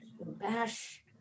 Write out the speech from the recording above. Bash